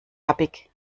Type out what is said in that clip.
tappig